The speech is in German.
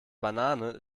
banane